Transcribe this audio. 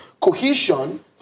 cohesion